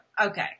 okay